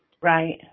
Right